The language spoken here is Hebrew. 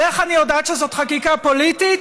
ואיך אני יודעת שזאת חקיקה פוליטית?